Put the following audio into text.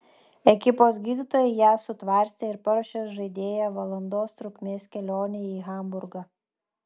ekipos gydytojai ją sutvarstė ir paruošė žaidėją valandos trukmės kelionei į hamburgą